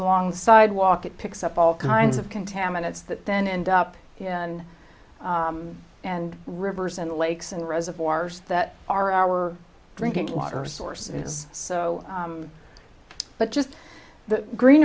the sidewalk it picks up all kinds of contaminants that then end up and and rivers and lakes and reservoirs that are our drinking water sources so but just the green